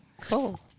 Cool